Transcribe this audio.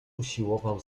usiłował